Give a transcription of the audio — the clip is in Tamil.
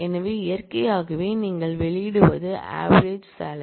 எனவே இயற்கையாகவே நீங்கள் வெளியிடுவது ஆவேரேஜ் சாலரி